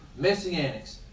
Messianics